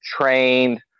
trained